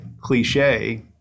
cliche